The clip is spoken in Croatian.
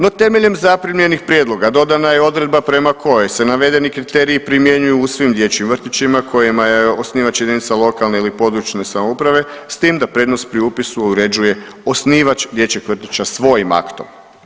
No temeljem zaprimljenih prijedloga, dodana je odredba prema kojoj se navedeni kriteriji primjenjuju u svim dječjim vrtićima kojima je osnivač jedinica lokalne i područne samouprave s tim da prednost pri upisu uređuje osnivač dječjeg vrtića svojim aktom.